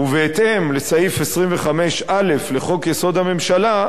ובהתאם לסעיף 25(א) לחוק-יסוד: הממשלה,